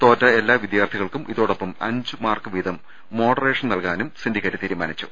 തോറ്റ എല്ലാ വിദ്യാർത്ഥികൾക്കും ഇതോടൊപ്പം അഞ്ച് മാർക്ക് വീതം മോഡറേഷൻ നൽകാനും സിൻഡിക്കേറ്റ് തീരു മാനിച്ചു